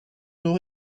nos